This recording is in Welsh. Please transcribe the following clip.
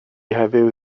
heddiw